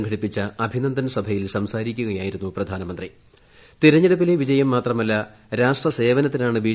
സംഘട്ടിപ്പിച്ച അഭിനന്ദൻ സഭയിൽ സംസാരിക്കുക യായിരുന്നു പ്രധാനമന്ത്രീക്തിരഞ്ഞെടുപ്പിലെ വിജയം മാത്രമല്ല രാഷ്ട്ര സേവനത്തിനാണ് ബി